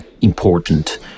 important